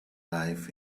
life